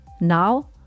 now